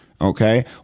Okay